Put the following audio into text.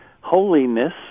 holiness